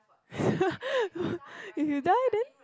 if you die then